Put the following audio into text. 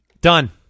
Done